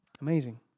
Amazing